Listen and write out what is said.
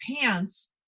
pants